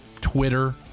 Twitter